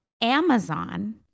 Amazon